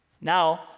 Now